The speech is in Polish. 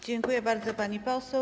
Dziękuję bardzo, pani poseł.